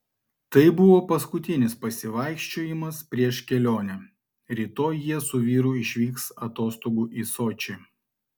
tai buvo paskutinis pasivaikščiojimas prieš kelionę rytoj jie su vyru išvyks atostogų į sočį